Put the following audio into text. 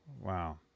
wow